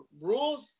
rules